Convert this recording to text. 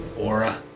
aura